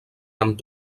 amb